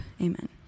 Amen